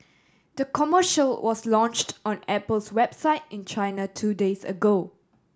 the commercial was launched on Apple's website in China two days ago